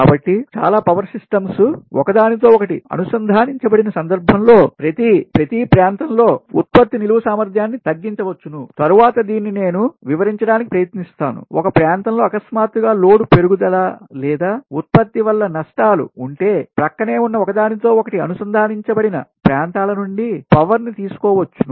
కాబట్టి చాలా power systems విద్యుత్ వ్యవస్థలు ఒకదానితో ఒకటి అనుసంధానించబడిన సందర్భంలో ప్రతి ప్రాంతంలో ఉత్పత్తి నిలువ సామర్థ్యాన్ని తగ్గించవచ్చును తరువాత దీన్నినేను వివరించడానికి ప్రయత్నిస్తాను ఒక ప్రాంతంలో అకస్మాత్తుగా లోడ్ పెరుగుదల లేదా ఉత్పత్తి వల్ల నష్టాలు ఉంటే ప్రక్క నే ఉన్న ఒక దానితో ఒకటి అనుసంధానించబడిన ప్రాంతాల నుండి పవర్ను విద్యుత్తు తీసుకోవచ్చు